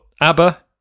ABBA